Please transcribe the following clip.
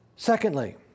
Secondly